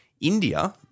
India